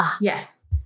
yes